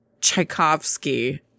Tchaikovsky